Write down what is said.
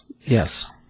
Yes